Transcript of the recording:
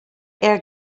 air